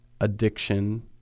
addiction